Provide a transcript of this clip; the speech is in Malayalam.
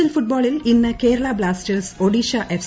എൽ ഫുട്ബോളിൽ കേരളാ ബ്ലാസ്റ്റേഴ്സ് ഒഡീഷ എഫ്